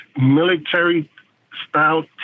military-style